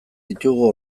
ditugu